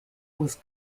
was